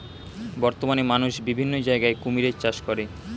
বর্তমানে মানুষ বিভিন্ন জায়গায় কুমিরের চাষ করে